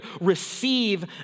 receive